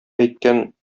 әйткән